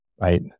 right